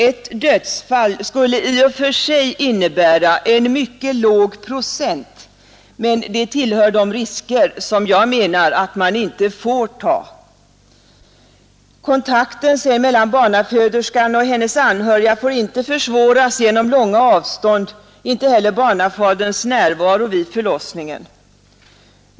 Ett dödsfall skulle i och för sig innebära en mycket låg procent, men det tillhör de risker som jag menar att man inte får ta. Kontakten mellan barnaföderskan och hennes anhöriga får inte försvåras genom långa avstånd, inte heller barnafaderns närvaro vid förlossningen.